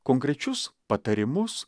konkrečius patarimus